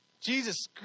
Jesus